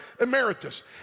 emeritus